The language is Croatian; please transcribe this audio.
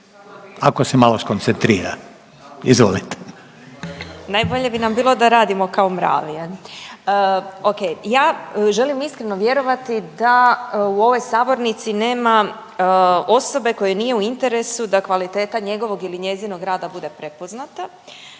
**Glasovac, Sabina (SDP)** Najbolje bi nam bilo da radimo kao mravi. O.k. Ja želim iskreno vjerovati da u ovoj sabornici nema osobe kojoj nije u interesu da kvaliteta njegovog ili njezinog rada bude prepoznata,